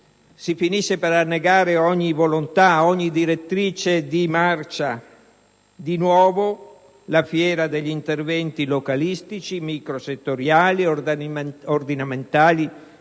si finisce per annegare ogni volontà, ogni direttrice di marcia. Di nuovo è la fiera degli interventi localistici, microsettoriali, ordinamentali